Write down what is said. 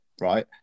right